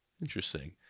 interesting